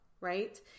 right